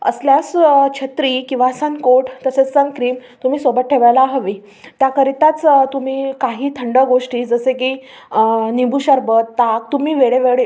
असल्यास छत्री किंवा सन कोट तसेच सन क्रीम तुम्ही सोबत ठेवायला हवी त्याकरिताच तुम्ही काही थंड गोष्टी जसे की निंबू सरबत ताक तुम्ही वेळोवेळी